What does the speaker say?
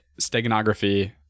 steganography